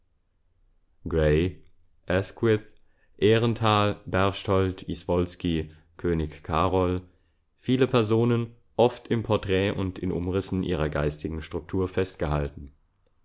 ährenthal berchthold iswolski könig carol viele personen oft im porträt und in umrissen ihrer geistigen struktur festgehalten